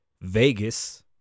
Vegas